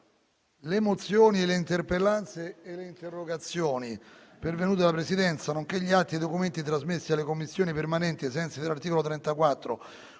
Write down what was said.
Le mozioni, le interpellanze e le interrogazioni pervenute alla Presidenza, nonché gli atti e i documenti trasmessi alle Commissioni permanenti ai sensi dell'articolo 34,